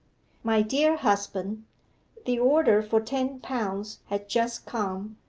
my dear husband the order for ten pounds has just come,